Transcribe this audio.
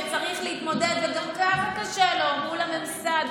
שצריך להתמודד וגם ככה קשה לו מול הממסד,